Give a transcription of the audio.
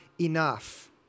enough